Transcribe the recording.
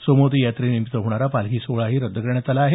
सोमवती यात्रेनिमित्त होणारा पालखी सोहळाही रद्द करण्यात आला आहे